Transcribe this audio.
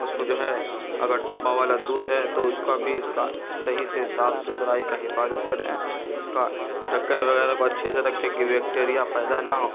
اس کو جو ہے اگر ڈبہ والا دودھ ہے تو اس کا بھی اس کا صحیح سے صاف ستھرائی کا حفاظت کرے اس کا ڈھکن وغیرہ کو اچھے سے رکھے کہ بیکٹیریا پیدا نہ ہو